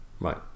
Right